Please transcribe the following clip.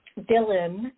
Dylan